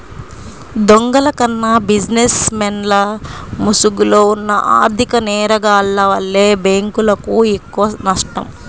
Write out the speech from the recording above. దొంగల కన్నా బిజినెస్ మెన్ల ముసుగులో ఉన్న ఆర్ధిక నేరగాల్ల వల్లే బ్యేంకులకు ఎక్కువనష్టం